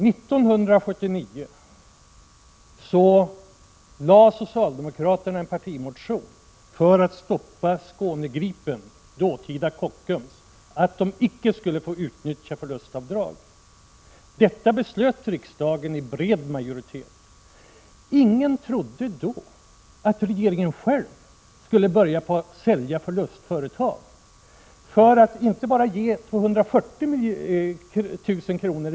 1979 lade 57 Kockums, från att utnyttja förlustavdrag. Detta beslöt riksdagen med bred majoritet. Ingen trodde då att regeringen själv skulle börja sälja förlustföretag, för att inte bara ge 240 000 kr.